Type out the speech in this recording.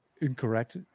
Incorrect